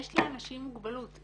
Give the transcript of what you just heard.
יש לאנשים מוגבלות,